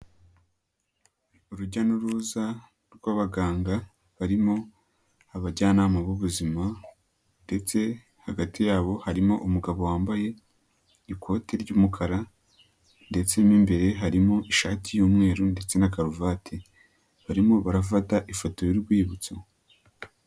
Urujya n'uruza rw'abaganga, barimo abajyanama b'ubuzima ndetse hagati yabo harimo umugabo wambaye ikoti ry'umukara ndetse mo imbere harimo ishati y'umweru ndetse na karuvati. Barimo barafata ifoto y'urwibutso.